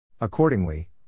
Accordingly